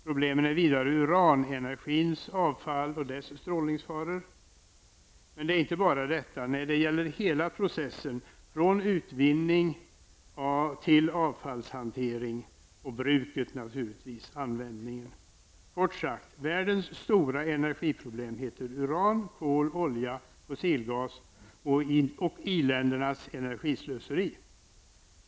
Vidare utgör uranenergins avfall och dess strålningsfaror ett problem. Men det är inte bara detta, nej, det gäller hela processen från utvinning till avfallshantering och naturligtvis bruket, användningen. Kort sagt, världens stora energiproblem heter: uran, kol, olja, fossilgas och i-ländernas energislöseri.